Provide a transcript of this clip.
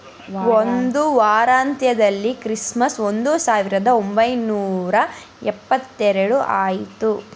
ಒಂದು ವಾರಾಂತ್ಯದಲ್ಲಿ ಕ್ರಿಸ್ಮಸ್ ಒಂದು ಸಾವಿರದ ಒಂಬೈನೂರ ಎಪ್ಪತ್ತೆರಡು ಆಯಿತು